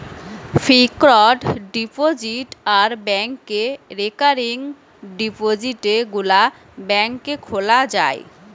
fixed deposit আর ব্যাংকে recurring ডিপোজিটে গুলা ব্যাংকে খোলা যায়